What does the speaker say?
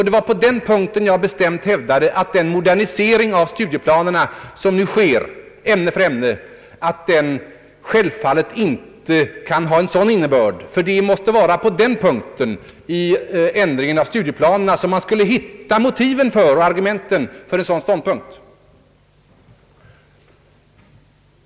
Det var på den punkten jag hävdade att den modernisering av studieplanerna, som nu genomförs ämne för ämne, självfallet inte kan ha en sådan innebörd. Det måste ju vara i ändringen av studieplanerna som man skul le kunna hitta motiv och argument för en sådan ståndpunkt.